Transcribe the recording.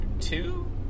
two